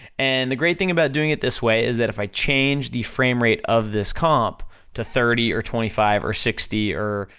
and the great thing about doing it this way is that if i change the frame rate of this comp to thirty or twenty five or sixty or,